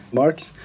marks